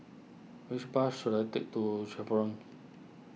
which bus should I take to Chevrons